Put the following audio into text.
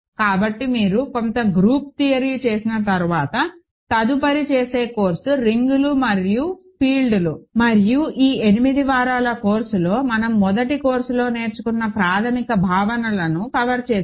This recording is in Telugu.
కాబట్టి మీరు కొంత గ్రూప్ థియరీ చేసిన తర్వాత తదుపరి చేసే కోర్సు రింగ్లు మరియు ఫీల్డ్లు మరియు ఈ 8 వారాల కోర్సులో మనం మొదటి కోర్సులో నేర్చుకునే ప్రాథమిక భావనలను కవర్ చేసాము